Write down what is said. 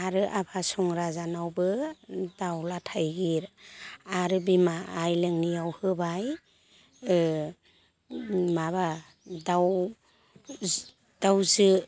आरो आफा संराजानावबो दाउज्ला थायगिर आरो बिमा आयलोंनियाव होबाय माबा दाउ दाउजो